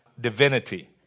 divinity